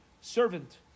servant